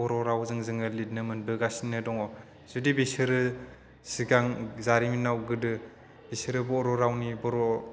बर' रावजों जोङो लिरनो मोनबोगासिनो दङ जुदि बिसोरो सिगां जारिमिनाव गोदो बिसोरो बर' रावनि बर'